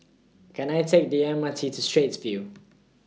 Can I Take The M R T to Straits View